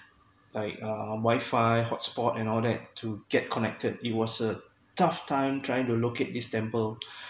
like uh wifi hotspot and all that to get connected it was a tough time trying to look at this temple